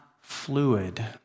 fluid